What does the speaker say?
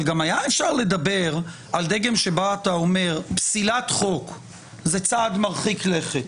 אבל גם היה אפשר לדבר על דגם שבו אתה אומר שפסילת חוק הוא צעד מרחיק לכת